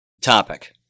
topic